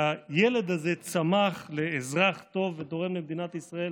והילד הזה צמח לאזרח טוב ותורם למדינת ישראל,